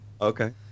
Okay